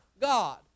God